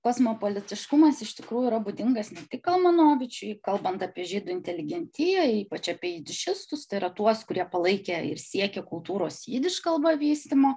kosmopolitiškumas iš tikrųjų yra būdingas ne tik kalmanovičiui kalbant apie žydų inteligentiją ypač apie jidišistus tai yra tuos kurie palaikė ir siekė kultūros jidiš kalba vystymo